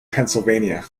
pennsylvania